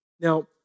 Now